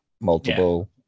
multiple